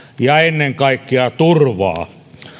ja ennen kaikkea turvaa